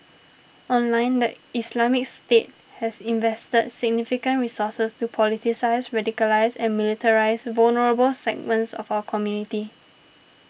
online the Islamic State has invested significant resources to politicise radicalise and militarise vulnerable segments of our community